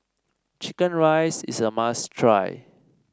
chicken rice is a must try